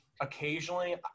occasionally